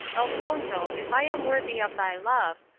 elfonzo, if i am worthy of thy love,